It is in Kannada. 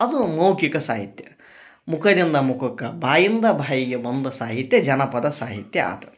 ಅದು ಮೌಖಿಕ ಸಾಹಿತ್ಯ ಮುಖದಿಂದ ಮುಖಕ್ಕ ಬಾಯಿಂದ ಬಾಯಿಗೆ ಬಂದ ಸಾಹಿತ್ಯ ಜನಪದ ಸಾಹಿತ್ಯ ಆತು